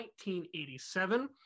1987